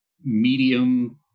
medium